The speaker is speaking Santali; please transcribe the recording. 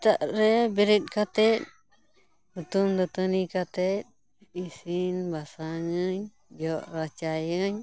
ᱥᱮᱛᱟᱜ ᱨᱮ ᱵᱮᱨᱮᱫ ᱠᱟᱛᱮᱫ ᱦᱩᱛᱩᱢ ᱫᱟᱹᱛᱟᱹᱱᱤ ᱠᱟᱛᱮᱫ ᱤᱥᱤᱱ ᱵᱟᱥᱟᱝᱟᱹᱧ ᱡᱚᱜ ᱨᱟᱪᱟᱭᱟᱹᱧ